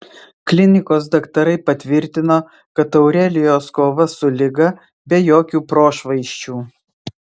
klinikos daktarai patvirtino kad aurelijos kova su liga be jokių prošvaisčių